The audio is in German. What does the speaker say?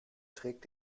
trägt